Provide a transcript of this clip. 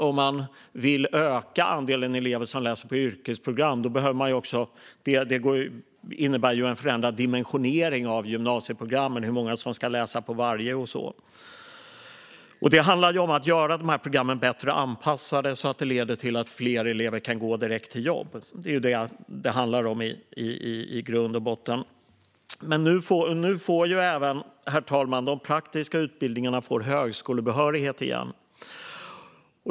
Om man vill öka andelen elever som läser på yrkesprogram innebär det en förändrad dimensionering av gymnasieprogrammen, hur många som ska läsa varje program och så vidare. Det handlar om att göra programmen bättre anpassade så att de leder till att fler elever kan gå direkt till jobb. Det är vad det i grund och botten handlar om. Nu kommer även de praktiska utbildningarna att leda till högskolebehörighet igen.